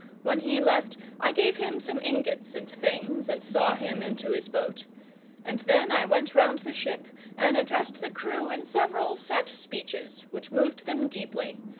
when he left i gave him some ingots and things, and saw him into his boat and then i went round the ship and addressed the crew in several set speeches, which moved them deeply,